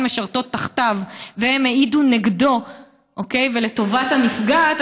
משרתות תחתיו והן העידו נגדו ולטובת הנפגעת,